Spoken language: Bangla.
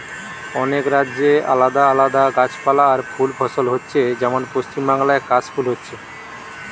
অনেক রাজ্যে আলাদা আলাদা গাছপালা আর ফুল ফসল হচ্ছে যেমন পশ্চিমবাংলায় কাশ ফুল হচ্ছে